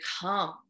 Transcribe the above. become